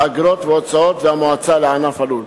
אגרות והוצאות והמועצה לענף הלול.